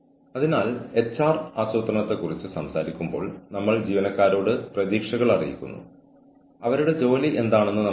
തങ്ങളുടെ ബോസിന്റെയോ സഹപാഠികളുടെയോ പെരുമാറ്റം കാരണം ജീവനക്കാർ സമ്മർദ്ദത്തിലാണെന്ന് തോന്നുന്നുവെങ്കിൽ അതിനെ ജോലിസ്ഥലത്തെ ഭീഷണിപ്പെടുത്തൽ എന്ന് വിളിക്കുന്നു